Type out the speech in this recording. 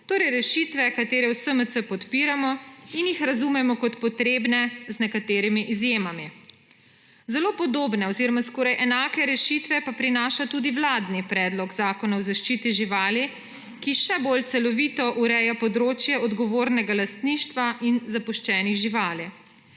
Torej rešitve, katere v SMC podpiramo in jih razumemo kot potrebne z nekaterimi izjemami. Zelo podobne oziroma skoraj enake rešitve pa prinaša tudi vladni Predlog Zakona o zaščiti živali, ki še bolj celovito ureja področje odgovornega lastništva in zapuščenih živali.